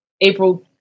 april